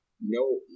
No